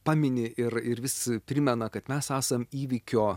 pamini ir ir vis primena kad mes esam įvykio